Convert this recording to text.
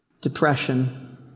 Depression